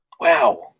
Wow